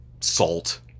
salt